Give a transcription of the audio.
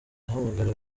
ahamagara